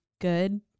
good